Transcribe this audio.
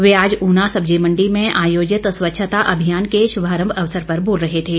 वे आज ऊना सब्जी मंडी में आयोजित स्वच्छता अभियान के श्भारंभ अवसर पर बोल रहे थे